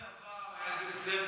זה היה בעבר, היה הסדר כזה.